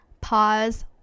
pause